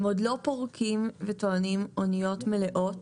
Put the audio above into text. הם עוד לא פורקים וטוענים אוניות מלאות.